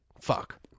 Fuck